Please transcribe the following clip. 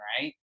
right